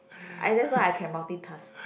I that's why I can multitask